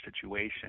situation